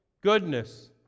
goodness